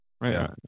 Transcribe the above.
right